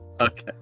Okay